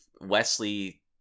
Wesley